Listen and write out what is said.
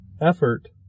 effort